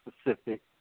specific